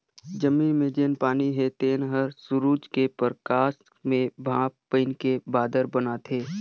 जमीन मे जेन पानी हे तेन हर सुरूज के परकास मे भांप बइनके बादर बनाथे